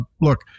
look